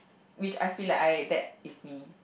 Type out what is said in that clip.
which I feel like I that fits me